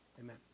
Amen